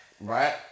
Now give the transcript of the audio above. right